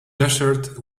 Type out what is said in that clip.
desert